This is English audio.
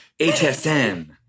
HSN